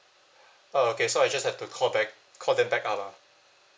oh okay so I just have to call back call that back up ah